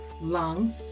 lungs